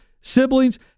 siblings